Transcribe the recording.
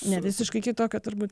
ne visiškai kitokio turbūt